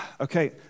okay